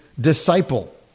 disciple